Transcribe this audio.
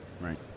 right